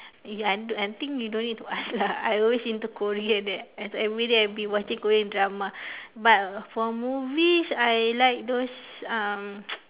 ya I need to I think you don't need to ask lah I always into korean eh as everyday I've been watching Korea drama but for movies I like those um